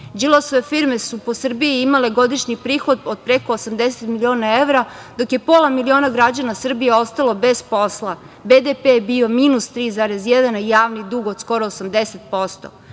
Đilasove firme su po Srbiji imale godišnji prihod od preko 80 miliona evra, dok je pola miliona građana Srbije ostalo bez posla, BDP je bio minus 3,1, a javni dug od skoro 80%.Da